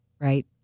right